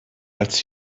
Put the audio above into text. als